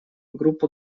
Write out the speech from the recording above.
группа